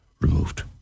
removed